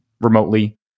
remotely